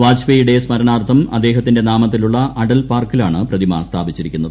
വാജ്പേയിയുടെ സ്മരണാർത്ഥം അദ്ദേഹത്തിന്റെ നാമത്തിലുള്ള അടൽ പാർക്കിലാണ് പ്രതിമ സ്ഥാപിച്ചിരിക്കുന്നത്